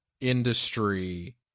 industry